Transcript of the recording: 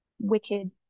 wicked